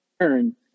turn